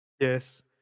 Yes